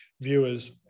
viewers